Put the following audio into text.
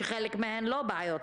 שחלק מהן לא בעיות,